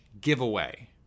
giveaway